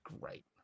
great